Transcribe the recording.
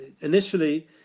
initially